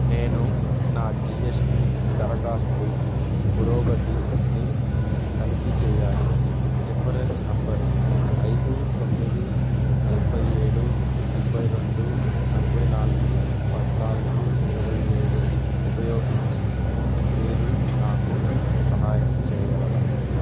నేను నా జిఎస్టి దరఖాస్తు పురోగతిని తనిఖీ చేయాలి రిఫరెన్స్ నంబర్ ఐదు తొమ్మిది నలబై ఏడు ఎనబై రెండు నలబై నాలుగు పద్నాలుగు ఇరవై ఏడు ఉపయోగించి మీరు నాకు సహాయం చేయగలరా